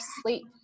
sleep